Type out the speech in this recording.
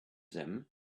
them